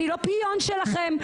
אני לא פיון שלכם,